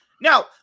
now